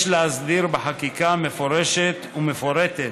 יש להסדיר בחקיקה מפורשת ומפורטת